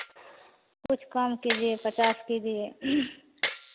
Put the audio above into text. कुछ कम कीजिए पचास कीजिए